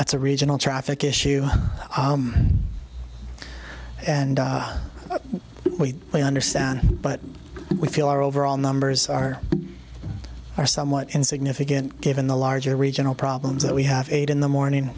it's a regional traffic issue and we understand but we feel our overall numbers are are somewhat insignificant given the larger regional problems that we have eight in the morning